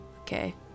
Okay